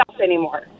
anymore